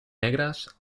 negras